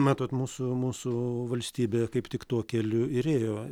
matot mūsų mūsų valstybė kaip tik tuo keliu ir ėjo